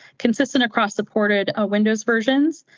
consistent across supported ah windows versions.